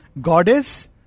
goddess